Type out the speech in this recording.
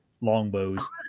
longbows